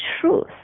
truth